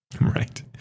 Right